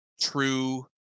true